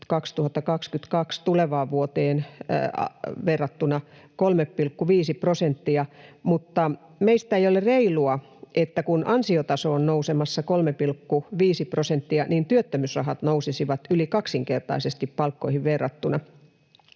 2022 tulevaan vuoteen verrattuna 3,5 prosenttia. Mutta meistä ei ole reilua, että kun ansiotaso on nousemassa 3,5 prosenttia, niin työttömyysrahat nousisivat yli kaksinkertaisesti palkkoihin verrattuna.